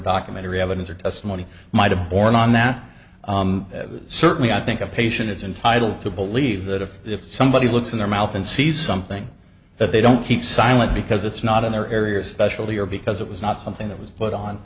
documentary evidence or testimony might have borne on that certainly i think a patient is entitled to believe that if if somebody looks in their mouth and sees something that they don't keep silent because it's not in their area specialty or because it was not something that was put on